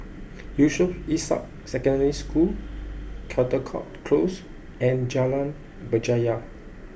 Yusof Ishak Secondary School Caldecott Close and Jalan Berjaya